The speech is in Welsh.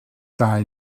dau